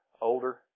older